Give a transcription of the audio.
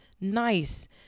nice